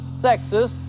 sexist